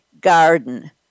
garden